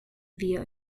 via